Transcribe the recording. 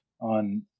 on